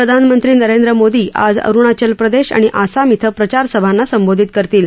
प्रधानमंत्री नरेंद्र मोदी आज अरुणाचल प्रदेश आणि आसाम ध्ये प्रचार सभांना संबोधित करतील